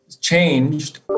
changed